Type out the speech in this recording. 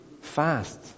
fast